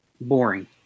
boring